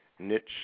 niche